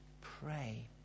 pray